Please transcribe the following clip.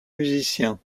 musiciens